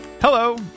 Hello